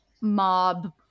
mob